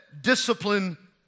discipline